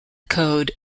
code